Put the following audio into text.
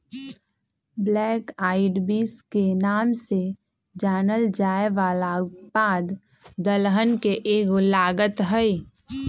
black eyed beans के नाम से जानल जाये वाला उत्पाद दलहन के एगो लागत हई